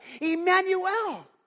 Emmanuel